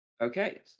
Okay